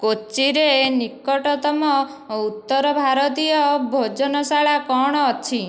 କୋଚିରେ ନିକଟତମ ଉତ୍ତର ଭାରତୀୟ ଭୋଜନଶାଳା କ'ଣ ଅଛି